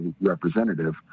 representative